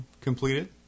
completed